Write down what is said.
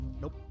Nope